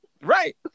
Right